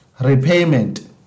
repayment